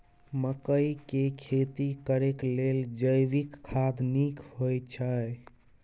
मकई के खेती करेक लेल जैविक खाद नीक होयछै?